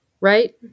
right